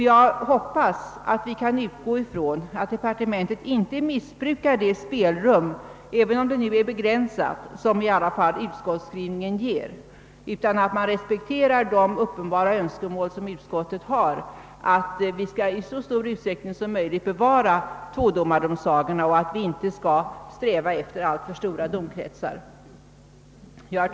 Jag hoppas att vi kan utgå från att departementet inte missbrukar det spelrum, även om det är begränsat, som utskottets skrivning ger, utan respekterar utskottets uppenbara önskemål att man i så stor utsträckning som möjligt skall bevara tvådomardomarsagor och inte sträva efter alltför stora domsagor.